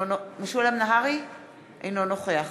אינו נוכח